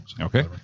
Okay